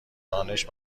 دانش